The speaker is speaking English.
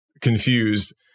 confused